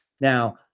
Now